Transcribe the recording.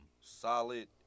solid